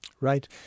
Right